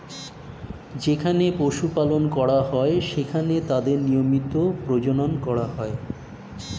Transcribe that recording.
যেখানে পশু পালন করা হয়, সেখানে তাদের নিয়মিত প্রজনন করা হয়